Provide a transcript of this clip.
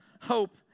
hope